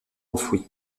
enfouis